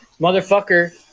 Motherfucker